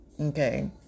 okay